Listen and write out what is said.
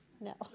No